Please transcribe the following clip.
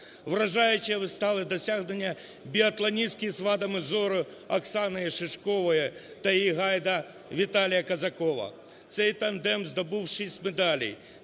Вражаючими стали досягнення біатлоністки з вадами зору Оксани Шишкової та її гайда Віталія Козакова. Цей тандем здобув 6 медалей: